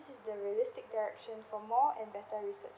this is the realistic direction for more and better research